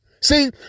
See